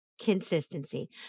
consistency